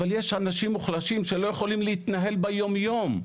אבל יש אנשים מוחלשים שלא יכולים להתנהל ביום-יום.